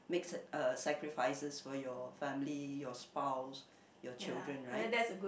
makes it uh sacrifices for your family your spouse your children right